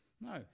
No